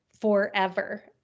forever